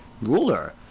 ruler